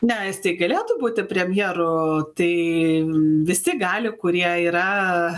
ne jis tai galėtų būti premjeru tai visi gali kurie yra